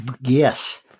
Yes